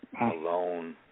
alone